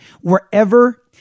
wherever